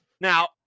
Now